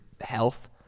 health